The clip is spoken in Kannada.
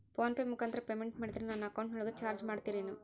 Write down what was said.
ಫೋನ್ ಪೆ ಮುಖಾಂತರ ಪೇಮೆಂಟ್ ಮಾಡಿದರೆ ನನ್ನ ಅಕೌಂಟಿನೊಳಗ ಚಾರ್ಜ್ ಮಾಡ್ತಿರೇನು?